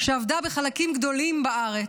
שאבדה בחלקים גדולים בארץ,